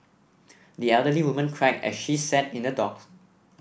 the elderly woman cried as she sat in the dock